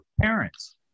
parents